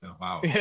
Wow